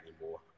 anymore